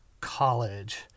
college